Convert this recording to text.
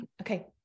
Okay